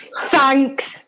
thanks